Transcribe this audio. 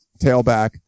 tailback